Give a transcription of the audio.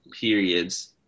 periods